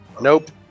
Nope